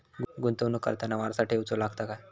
गुंतवणूक करताना वारसा ठेवचो लागता काय?